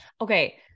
Okay